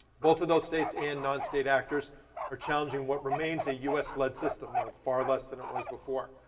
both of those states and non-state actors are challenging what remains a us led system. now far less than it was before.